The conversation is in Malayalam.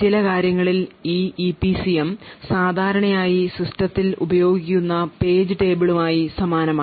ചില കാര്യത്തിൽ ഈ ഇപിസിഎം സാധാരണയായി സിസ്റ്റങ്ങളിൽ ഉപയോഗിക്കുന്ന പേജ് table ളുമായി സമാനമാണ്